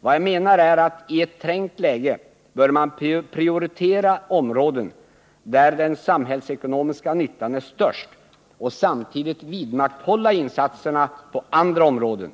Vad jag menar är att i ett trängt läge bör man prioritera områden där den samhällsekonomiska nyttan är störst och samtidigt vidmakthålla insatserna på andra områden.